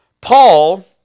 Paul